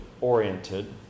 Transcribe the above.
oriented